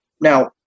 now